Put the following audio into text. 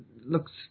looks